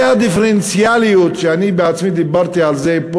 זה הדיפרנציאליות שאני בעצמי דיברתי עליה פה,